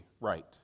right